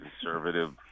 conservative